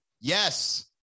Yes